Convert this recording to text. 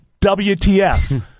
WTF